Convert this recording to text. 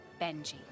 Benji